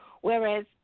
whereas